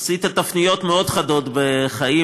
עשית תפניות מאוד חדות בחיים.